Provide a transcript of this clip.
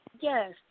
Yes